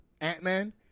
Ant-Man